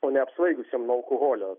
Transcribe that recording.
o neapsvaigusiem nuo alkoholio